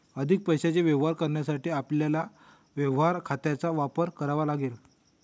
अधिक पैशाचे व्यवहार करण्यासाठी आपल्याला व्यवहार खात्यांचा वापर करावा लागेल